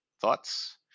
thoughts